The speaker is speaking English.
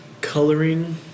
Coloring